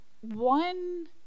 One